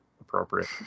appropriate